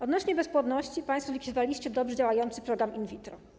Odnośnie do bezpłodności: państwo zlikwidowaliście dobrze działający program in vitro.